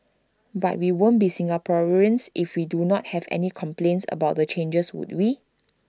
but we won't be Singaporeans if we don't have anyone complaining about the changes would we